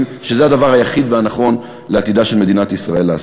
שזה הדבר היחיד והנכון לעתידה של מדינת ישראל לעשות.